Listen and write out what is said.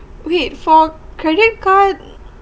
wait for credit card